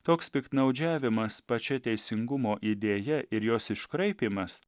toks piktnaudžiavimas pačia teisingumo idėja ir jos iškraipymas